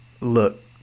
look